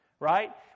Right